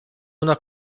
una